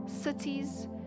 cities